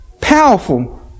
Powerful